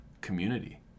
community